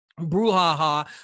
brouhaha